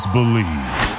Believe